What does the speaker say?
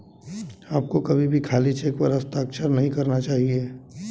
आपको कभी भी खाली चेक पर हस्ताक्षर नहीं करना चाहिए